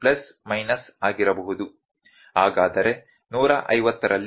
ಹಾಗಾದರೆ 150 ರಲ್ಲಿ 0